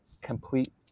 complete